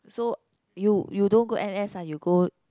so you you don't go N_S ah you go